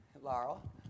Laurel